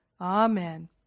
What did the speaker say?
Amen